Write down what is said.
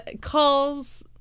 calls